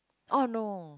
all I know